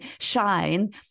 shine